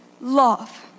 love